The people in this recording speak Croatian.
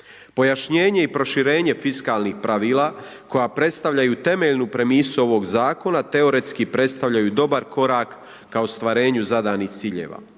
Pojašnjenje i proširenje fiskalnih pravila koja predstavljaju temeljnu premisu ovoga zakona teoretski predstavljaju dobar korak k ostvarenju zadanih ciljeva.